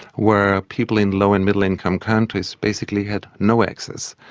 where people in low and middle income countries basically had no access,